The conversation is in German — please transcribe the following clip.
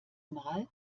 mal